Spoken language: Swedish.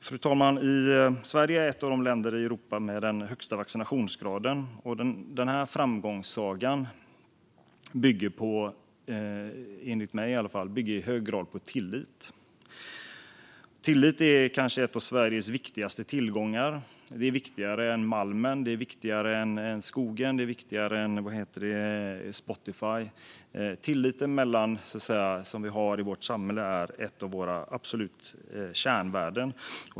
Fru talman! Sverige är ett av de länder i Europa som har den högsta vaccinationsgraden. Denna framgångssaga bygger enligt mig i hög grad på tillit. Tillit är kanske en av Sveriges viktigaste tillgångar. Den är viktigare än malmen, skogen och Spotify. Den tillit vi har i vårt samhälle är ett av våra absoluta kärnvärden.